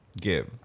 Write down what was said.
give